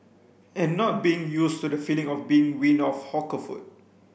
and not being used to the feeling of being weaned off hawker food